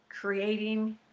Creating